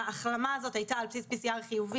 וההחלמה הזאת הייתה על בסיס PCR חיובי,